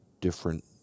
different